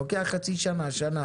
אחרי חצי שנה או שנה